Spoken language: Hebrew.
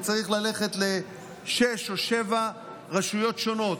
הוא צריך ללכת לשש או שבע רשויות שונות.